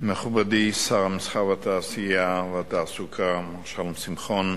מכובדי שר המסחר, התעשייה והתעסוקה שלום שמחון,